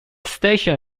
station